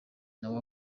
nawe